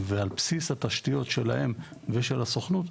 ועל בסיס התשתיות שלהם ושל הסוכנות,